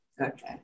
Okay